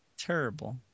terrible